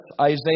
Isaiah